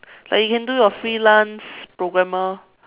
like you can do your freelance programmer